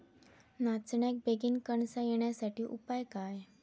नाचण्याक बेगीन कणसा येण्यासाठी उपाय काय?